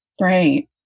Right